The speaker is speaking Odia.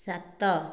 ସାତ